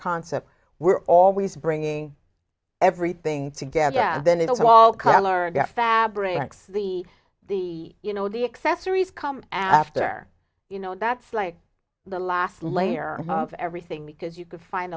concept we're always bringing everything together yeah then it was all color and fabrics be the you know the excess theories come after you know that's like the last layer of everything because you could find